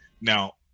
now